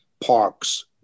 parks